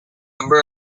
number